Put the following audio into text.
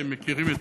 אתם מכירים את